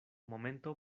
momento